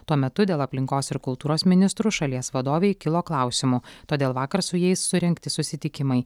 tuo metu dėl aplinkos ir kultūros ministrų šalies vadovei kilo klausimų todėl vakar su jais surengti susitikimai